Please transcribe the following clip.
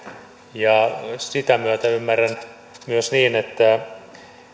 ja sen myötä ymmärrän myös niin että